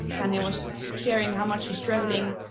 tania was sharing how much she's struggling.